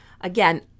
again